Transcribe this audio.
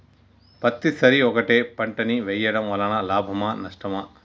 పత్తి సరి ఒకటే పంట ని వేయడం వలన లాభమా నష్టమా?